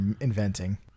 inventing